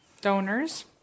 donors